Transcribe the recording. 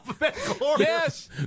Yes